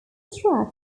tracks